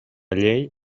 llei